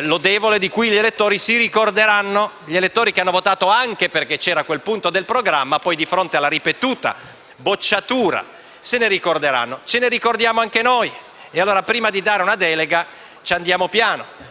lodevole e di cui gli elettori si ricorderanno: gli elettori che hanno votato anche perché nel programma era previsto quel punto, di fronte alla ripetuta bocciatura se ne ricorderanno. E ce ne ricordiamo anche noi e, quindi, prima di dare una delega ci andiamo piano.